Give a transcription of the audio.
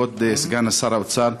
כבוד סגן שר האוצר,